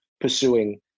pursuing